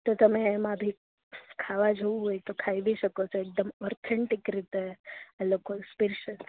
તો તમે એમાંભી ખાવા જેવુ હોય તો ખાઈ બી શકો છો એકદમ ઓરથેનટીક રીતે એ લોકો સ્પેસલ